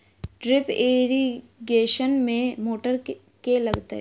Drip irrigation मे motor केँ लागतै?